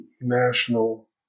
national